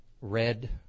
red